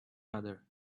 other